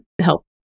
help